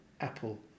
apple